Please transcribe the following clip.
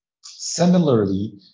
Similarly